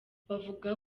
bavuga